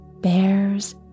bears